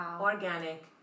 organic